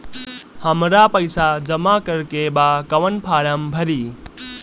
हमरा पइसा जमा करेके बा कवन फारम भरी?